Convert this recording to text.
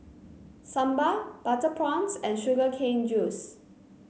Sambal Butter Prawns and Sugar Cane Juice